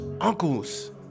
uncles